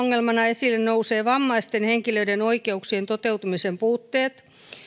esille nousevat vammaisten henkilöiden oikeuksien toteutumisen puutteet